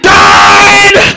died